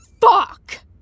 Fuck